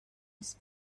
his